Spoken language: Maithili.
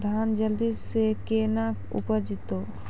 धान जल्दी से के ना उपज तो?